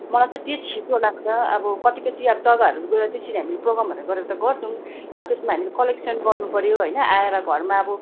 मलाई चाहिँ त्यो छिट्टो लाग्छ अब कति कति अब जग्गाहरू गएर त्यसरी हामी प्रोग्रामहरू गरेर त गर्छौँ अब त्यसमा हामीले कलेक्सन गर्नुपऱ्यो होइन आएर घरमा अब